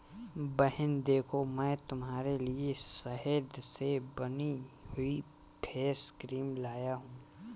बहन देखो मैं तुम्हारे लिए शहद से बनी हुई फेस क्रीम लाया हूं